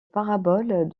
parabole